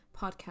podcast